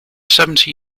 seventy